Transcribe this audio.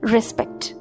Respect